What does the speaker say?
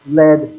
led